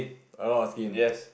a lot of skin